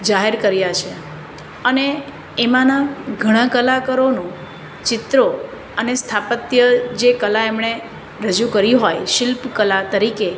જાહેર કર્યા છે અને એમાંના ઘણા કલાકારોનું ચિત્રો અને સ્થાપત્ય જે કલા એમણે રજૂ કરી હોય શિલ્પકલા તરીકે